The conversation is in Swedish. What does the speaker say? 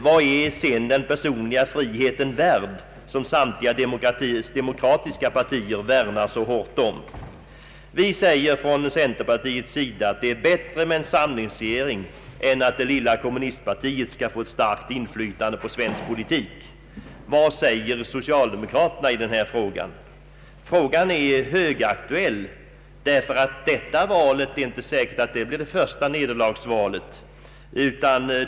Vad är sedan den personliga friheten värd, som samtliga demokratiska partier värnar så hårt om? Vi säger från centerpartiet att det är bättre att ha en samlingsregering än att det lilla kommunistpartiet skall få ett starkt inflytande på svensk politik. Vad säger socialdemokraterna i denna fråga? Frågan är högaktuell, ty det är inte säkert att detta val är det sista nederlagsvalet.